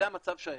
זה היה המצב שהיה.